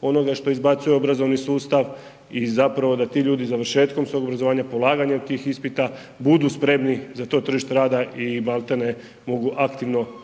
onoga što izbacuje obrazovni sustav i zapravo da ti ljudi završetkom svog obrazovanja, polaganjem tih ispita budu spremni za to tržište rada i maltene mogu aktivno